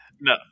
No